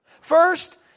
First